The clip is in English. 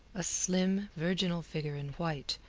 a slim, virginal figure in white,